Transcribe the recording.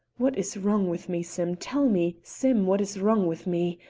what is wrong with me, sim? tell me, sim! what is wrong with me?